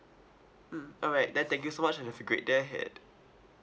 mm alright then thank you so much and you have a great day ahead